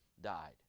died